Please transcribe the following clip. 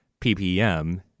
PPM